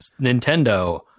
nintendo